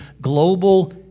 global